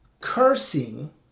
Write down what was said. cursing